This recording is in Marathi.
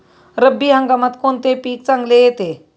रब्बी हंगामात कोणते पीक चांगले येते?